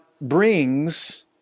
brings